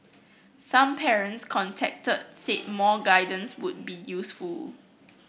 some parents contacted said more guidance would be useful